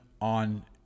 on